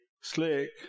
slick